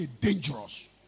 dangerous